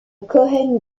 cohen